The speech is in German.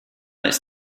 ist